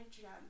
gem